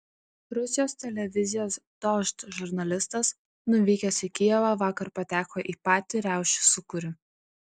rusijos televizijos dožd žurnalistas nuvykęs į kijevą vakar pateko į patį riaušių sūkurį